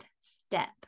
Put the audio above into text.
step